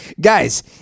Guys